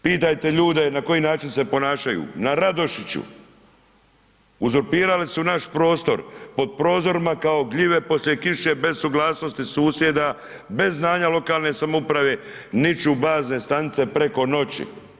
Pitajte ljude na koji način se ponašaju, na Radošiću, uzurpirali su naš prostor, pod prozorima kao gljive poslije kiše, bez suglasnosti susjeda, bez znanja lokalne samouprave niču bazne stanice preko noći.